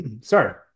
sorry